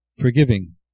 Forgiving